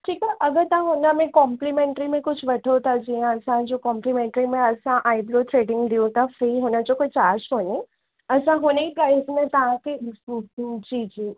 ठीकु आहे अगरि तव्हां हुन में कॉम्पलीमेंटरी में कुझु वठो था जीअं असांजो कॉम्पलीमेंटरी में असां आईब्रो थ्रेडिंग ॾियूं था फ्री हुन जो कोई चार्ज कोन्हे असां हुन प्राइज में तव्हांखे जी जी